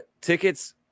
tickets